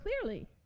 clearly